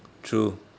true